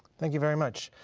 thank you very much.